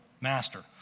master